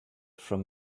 from